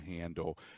handle